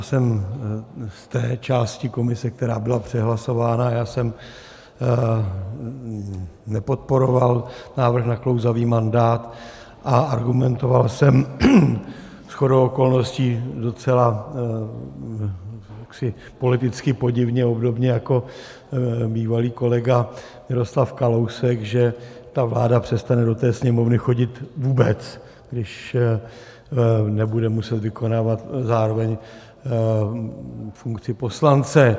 Jsem v té části komise, která byla přehlasována, já jsem nepodporoval návrh na klouzavý mandát, a argumentoval jsem shodou okolností docela jaksi politicky podivně, obdobně jako bývalý kolega Miroslav Kalousek, že vláda přestane do Sněmovny chodit vůbec, když nebude muset vykonávat zároveň funkci poslance.